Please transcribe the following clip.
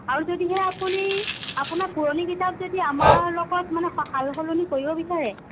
আৰু যদিহে আপুনি আপোনাৰ পুৰণি কিতাপ যদি আমাৰ লগত মানে সাল সলনি কৰিব বিচাৰে